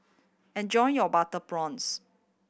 enjoy your butter prawns